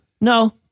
No